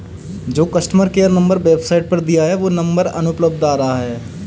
जो customer care number website पर दिया है वो नंबर अनुपलब्ध आ रहा है